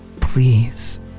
Please